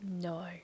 No